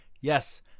yes